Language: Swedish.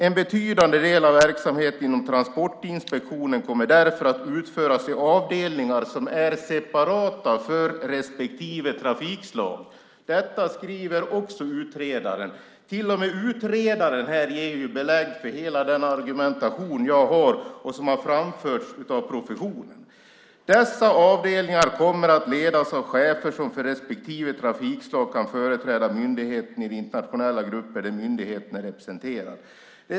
"En betydande del av verksamheten inom Transportinspektionen kommer därför att utföras i avdelningar som är separata för respektive trafikslag." Detta skriver också utredaren. Till och med utredaren ger här belägg för hela den argumentation jag har och som har framförts av professionen. "Dessa avdelningar kommer att ledas av chefer som för respektive trafikslag kan företräda myndigheten i de internationella grupper där myndigheten ska vara representerad."